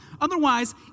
Otherwise